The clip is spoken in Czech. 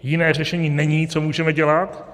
Jiné řešení není, co můžeme dělat.